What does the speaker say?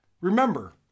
remember